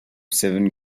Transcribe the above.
seven